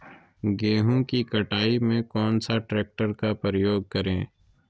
गेंहू की कटाई में कौन सा ट्रैक्टर का प्रयोग करें?